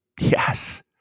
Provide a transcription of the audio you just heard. Yes